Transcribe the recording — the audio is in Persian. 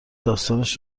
داستانش